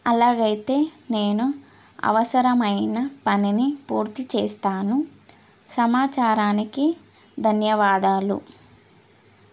అలాగైతే నేను అవసరమైన పనిని పూర్తి చేస్తాను సమాచారానికి ధన్యవాదాలు